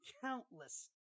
countless